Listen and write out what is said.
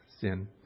sin